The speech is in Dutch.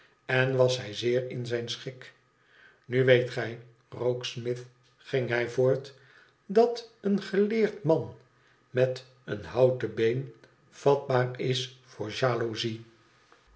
en was hij zeer in zijn schik nu weet gij rokesmith ging hij voort t dat een geleerd man met een houten been vatbaar is voor